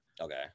okay